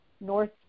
north